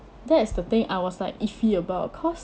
that's the thing I was like iffy about of cause